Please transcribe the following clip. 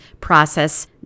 process